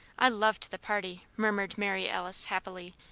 i loved the party, murmured mary alice, happily,